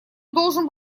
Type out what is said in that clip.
должен